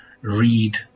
read